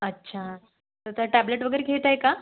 अच्छा तर त्या टॅब्लेट वगैरे घेत आहे का